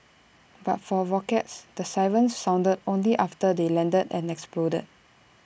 but for rockets the sirens sounded only after they landed and exploded